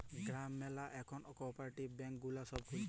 গ্রাম ম্যালা এখল cooperative bank গুলা সব খুলছে